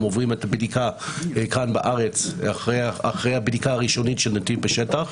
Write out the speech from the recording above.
הם עוברים את הבדיקה כאן בארץ אחרי הבדיקה הראשונית של נתיב בשטח.